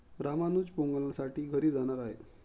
रामानुज पोंगलसाठी घरी जाणार आहे